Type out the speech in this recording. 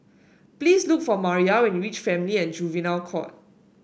please look for Maria when you reach Family and Juvenile Court